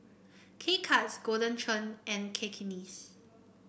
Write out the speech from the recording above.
K Cuts Golden Churn and Cakenis